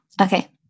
Okay